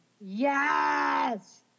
yes